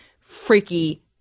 freaky